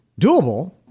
Doable